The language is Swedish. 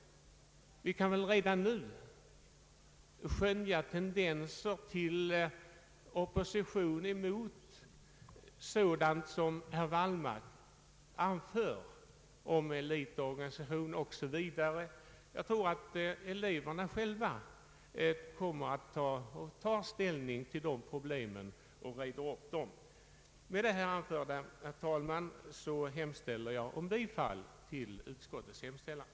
Vi kan väl redan nu skönja tendenser till opposition mot sådant som herr Wallmark talade om —- elitorganisationer 0. s. v. Jag tror att eleverna själva kommer att ta ställning till dessa problem och reda upp dem. Herr talman! Med det anförda hemställer jag om bifall till utskottets förslag.